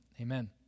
Amen